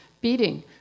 beating